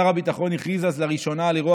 שר הביטחון הכריז אז לראשונה על אירוע